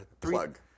Plug